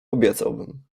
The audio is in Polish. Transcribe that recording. obiecałbym